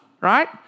right